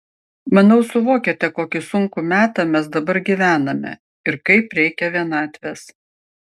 manau suvokiate kokį sunkų metą mes dabar gyvename ir kaip reikia vienatvės